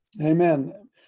Amen